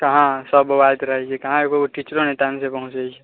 कहाँ सब बौआइत रहै छै कहाँ एकोगो टीचरो नहि टाइमसँ पहुँचै छै